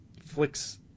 flicks